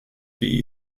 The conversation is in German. die